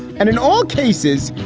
and in all cases,